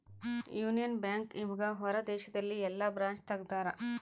Union bank ಇವಗ ಹೊರ ದೇಶದಲ್ಲಿ ಯೆಲ್ಲ ಬ್ರಾಂಚ್ ತೆಗ್ದಾರ